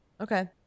Okay